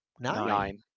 nine